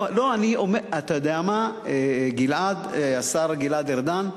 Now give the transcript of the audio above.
לא, אני, אתה יודע מה, השר גלעד ארדן,